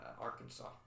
Arkansas